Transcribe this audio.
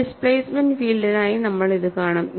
ഒരു ഡിസ്പ്ലേസ്മെന്റ് ഫീൽഡിനായി നമ്മൾ ഇത് കാണും